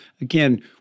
again